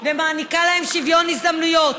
ומעניקה להם שוויון הזדמנויות,